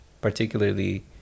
particularly